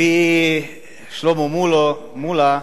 לפי שלמה מולה,